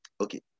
Okay